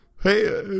Hey